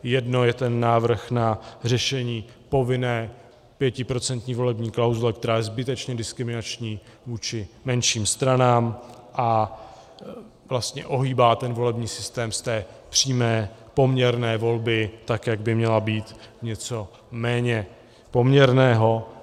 Jedno je ten návrh na řešení povinné pětiprocentní volební klauzule, která je zbytečně diskriminační vůči menším stranám a vlastně ohýbá volební systém z té přímé poměrné volby, tak jak by měla být, v něco méně poměrného.